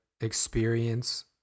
experience